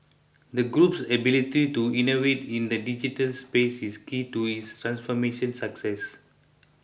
the group's ability to innovate in the digital space is key to its transformation success